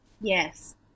yes